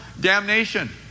damnation